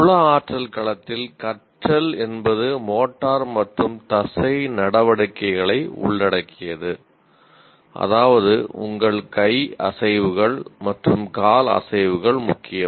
உள ஆற்றல் களத்தில் கற்றல் என்பது மோட்டார் மற்றும் தசை நடவடிக்கைகளை உள்ளடக்கியது அதாவது உங்கள் கை அசைவுகள் மற்றும் கால் அசைவுகள் முக்கியம்